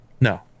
No